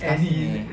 disgusting eh